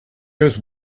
goes